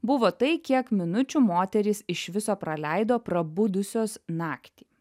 buvo tai kiek minučių moterys iš viso praleido prabudusios naktį